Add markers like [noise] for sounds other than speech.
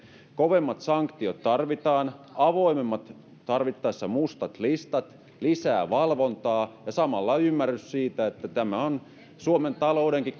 kovemmat sanktiot tarvittaessa avoimemmat mustat listat lisää valvontaa ja samalla ymmärrys siitä että tämä on suomen taloudenkin [unintelligible]